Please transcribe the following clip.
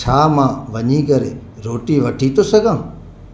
छा मां वञी करे रोटी वठी थो सघां